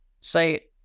say